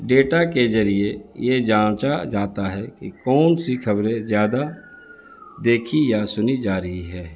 data کے ذریعے یہ جانچا جاتا ہے کہ کون سی خبریں زیادہ دیکھی یا سنی جا رہی ہے